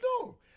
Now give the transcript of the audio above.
No